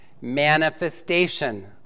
manifestation